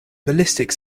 ballistic